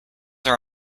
are